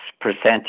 percentage